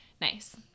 Nice